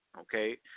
Okay